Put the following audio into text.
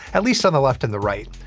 at least on the left and the right.